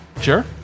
Sure